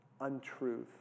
untruth